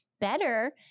better